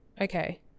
Okay